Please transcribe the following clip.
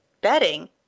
bedding